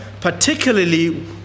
particularly